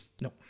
No